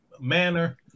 manner